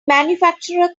manufacturer